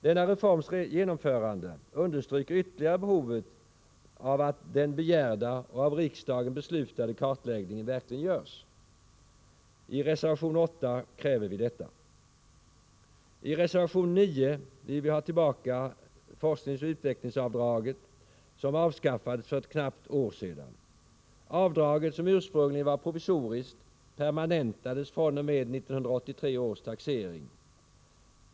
Denna reforms genomförande understryker ytterligare behovet av att den begärda och av riksdagen beslutade kartläggningen verkligen görs. I reservation 8 kräver vi detta. I reservation 9 vill vi ha tillbaka forskningsoch utvecklingsavdraget som avskaffades för ett knappt år sedan. Avdraget som ursprungligen var provisoriskt permanentades fr.o.m. 1983 års taxering.